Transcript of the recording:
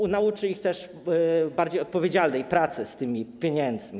To nauczy ich też bardziej odpowiedzialnej pracy z pieniędzmi.